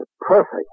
perfect